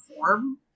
perform